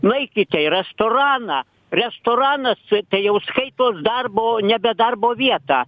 nueikite į restoraną restoranas tai jau skaitos darbo nebe darbo vieta